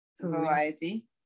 variety